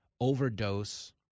overdose